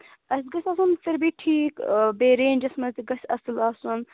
اَسہِ گژھِ آسُن پھِر بی ٹھیٖک بیٚیہِ رینٛجَس منٛز تہِ گژھِ اَصٕل آسُن